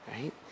right